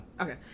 Okay